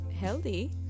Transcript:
healthy